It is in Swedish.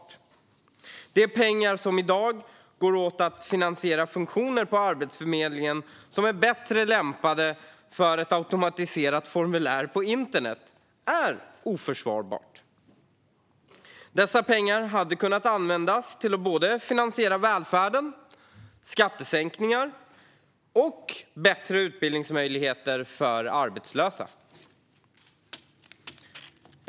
Att det i dag går åt så mycket pengar för att finansiera funktioner på Arbetsförmedlingen som är bättre lämpade för ett automatiserat formulär på internet är oförsvarbart. Dessa pengar hade kunnat användas till att finansiera välfärden, till skattesänkningar och till bättre utbildningsmöjligheter för arbetslösa.